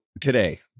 today